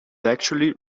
actually